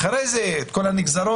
אחרי זה את כל הנגזרות